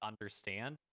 understand